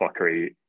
fuckery